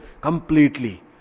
completely